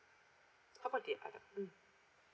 how about the other mm